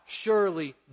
surely